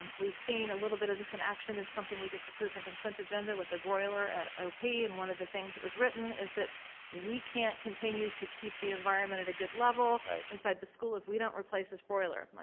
um we've seen a little bit of this in action. there is something we just approved and consent agenda with the broiler at lp and one of the things that was written is that we can't continue to keep the environment at a good level inside the school if we don't replace this broiler. i'm like,